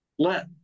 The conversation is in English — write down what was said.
let